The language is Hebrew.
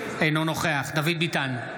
אינו נוכח דוד ביטן,